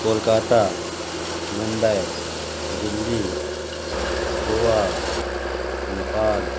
Kolkata Mumbai Delhi Goa Nepal